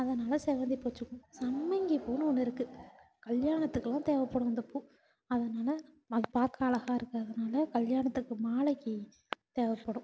அதனாலே செவ்வந்தி பூ வச்சுக்குவோம் சம்மங்கி பூன்னு ஒன்று இருக்குது கல்யாணத்துக்கெல்லாம் தேவைப்படும் அந்த பூ அதனாலே அது பார்க்க அழகா இருக்கிறதுனால கல்யாணத்துக்கு மாலைக்கு தேவைப்படும்